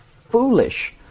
foolish